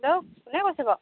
hello কোনে কৈছে বাৰু